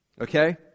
Okay